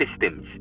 systems